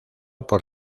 por